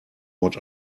what